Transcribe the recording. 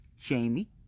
Jamie